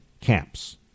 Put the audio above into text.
camps